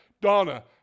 Donna